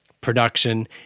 production